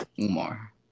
Umar